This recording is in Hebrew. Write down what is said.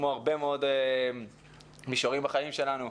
כמו הרבה מאוד מישורים בחיים שלנו,